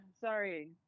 Sorry